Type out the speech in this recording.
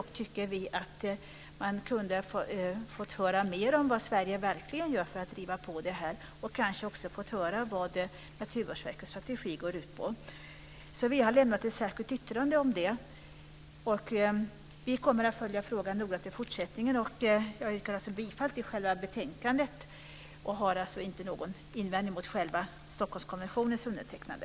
Vi tycker dock att vi kunde ha fått höra mer om vad Sverige verkligen gör för att driva på detta och vad Naturvårdsverkets strategi går ut på. Vi har därför skrivit ett särskilt yttrande om detta. Vi kommer att följa frågan noga i fortsättningen. Jag yrkar alltså bifall till förslaget i betänkandet och har inte någon invändning mot själva Stockholmskonventionens undertecknande.